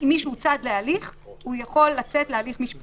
אם מישהו צד להליך, הוא יכול לצאת להליך משפטי.